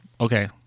okay